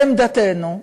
לעמדתנו,